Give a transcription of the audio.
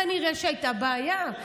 כנראה שהייתה בעיה.